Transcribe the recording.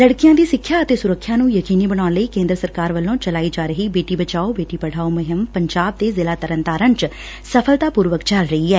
ਲਤਕੀਆਂ ਦੀ ਸਿੱਖਿਆ ਅਤੇ ਸੁਰੱਖਿਆ ਨੂੰ ਯਕੀਨੀ ਬਣਾਉਣ ਲਈ ਕੇਂਦਰ ਸਰਕਾਰ ਵੱਲੋਂ ਚਲਾਈ ਜਾ ਰਹੀ ਬੇਟੀ ਬਚਾਓ ਬੇਟੀ ਪੜ੍ਹਾਓ ਮੁਹਿੰਮ ਪੰਜਾਬ ਦੇ ਜ਼ਿਲ੍ਹਾ ਤਰਨਤਾਰਨ ਚ ਸਫ਼ਲਤਾ ਪੂਰਵਕ ਚੱਲ ਰਹੀ ਐ